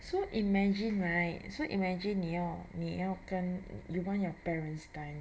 so imagine right so imagine 你要你要跟 you want your parents' time